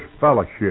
fellowship